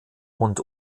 und